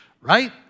Right